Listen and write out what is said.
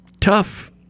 Tough